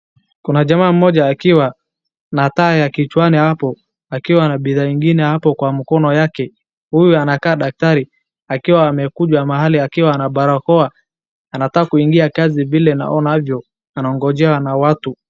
Kuna jamaa mmoja akiwa na taa ya kichwani hapo akiwa bidhaa ingine hapo kwa mkono yake. Huyu anakaa daktari akiwa amekuja mahali akiwa na barakoa anataka kuingia kazi vile na onavyo. Anaongojewa na watu.